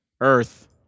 Earth